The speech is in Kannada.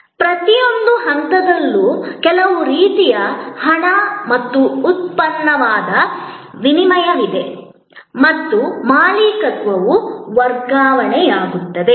ಪ್ರತಿಯೊಂದು ಹಂತದಲ್ಲೂ ಕೆಲವು ರೀತಿಯ ಹಣ ಮತ್ತು ಉತ್ಪನ್ನದ ವಿನಿಮಯವಿದೆ ಮತ್ತು ಮಾಲೀಕತ್ವವು ವರ್ಗಾವಣೆಯಾಗುತ್ತದೆ